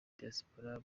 diaspora